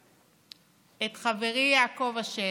את חברי יעקב אשר.